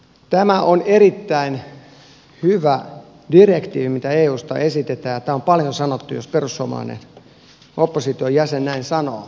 tämä on erittäin hyvä direktiivi mitä eusta esitetään ja tämä on paljon sanottu jos perussuomalainen opposition jäsen näin sanoo